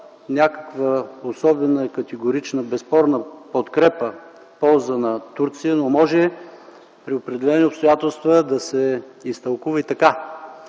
някаква особена и категорична, безспорна подкрепа в полза на Турция, но може при определени обстоятелства да се изтълкува и така.